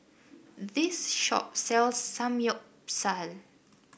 this shop sells Samgyeopsal